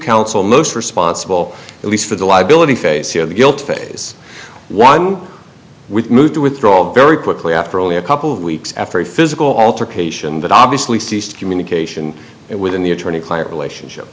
counsel most responsible at least for the liability facio the guilt phase one with move to withdrawal very quickly after only a couple of weeks after a physical altercation that obviously ceased communication within the attorney client relationship